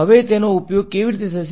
હવે તેનો ઉપયોગ કેવી રીતે થશે